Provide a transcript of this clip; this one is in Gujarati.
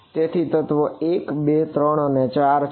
તેથી આ તત્વ 1 2 3 4 છે